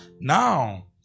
Now